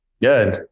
Good